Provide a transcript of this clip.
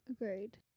Agreed